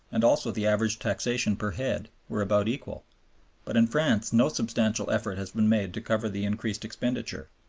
and also the average taxation per head, were about equal but in france no substantial effort has been made to cover the increased expenditure.